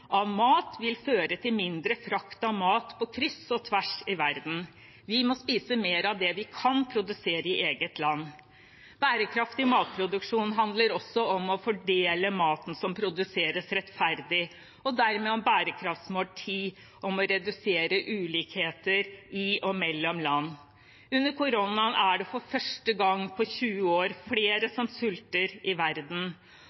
av mat vil føre til mindre frakt av mat på kryss og tvers i verden. Vi må spise mer av det vi kan produsere i eget land. Bærekraftig matproduksjon handler også om å fordele maten som produseres, rettferdig, og dermed om bærekraftsmål nr. 10, om å redusere ulikheter i og mellom land. Under koronaen er det for første gang på 20 år flere